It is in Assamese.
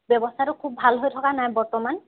ব্যৱস্থাটো খুব ভাল হৈ থকা নাই বৰ্তমান